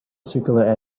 circular